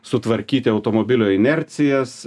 sutvarkyti automobilio inercijas